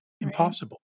Impossible